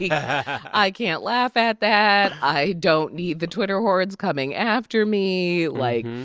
yeah i can't laugh at that. i don't need the twitter hordes coming after me. like,